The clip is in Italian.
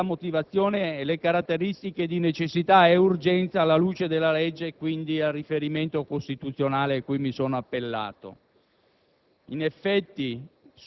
hanno in sé la motivazione e le caratteristiche di necessità e urgenza alla luce della succitata legge e, quindi, al riferimento costituzionale cui mi sono appellato.